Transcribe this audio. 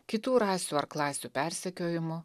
kitų rasių ar klasių persekiojimu